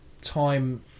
time